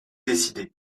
décidé